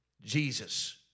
Jesus